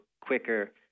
quicker